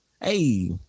Hey